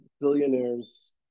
billionaires